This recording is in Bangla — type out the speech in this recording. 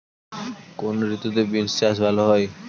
কোন ঋতুতে বিন্স চাষ ভালো হয়?